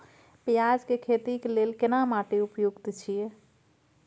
पियाज के खेती के लेल केना माटी उपयुक्त छियै?